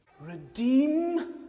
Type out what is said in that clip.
redeem